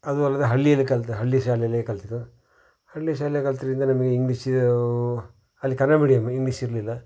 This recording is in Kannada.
ಅದೂ ಅಲ್ಲದೆ ಹಳ್ಳಿಯಲ್ಲಿ ಕಲಿತ ಹಳ್ಳಿ ಶಾಲೆಯಲ್ಲೆ ಕಲ್ತಿದ್ದು ಹಳ್ಳಿ ಶಾಲೆ ಕಲ್ತರಿಂದ ನಮಗೆ ಇಂಗ್ಲೀಷು ಅಲ್ಲಿ ಕನ್ನಡ ಮೀಡಿಯಂ ಇಂಗ್ಲೀಷ್ ಇರಲಿಲ್ಲ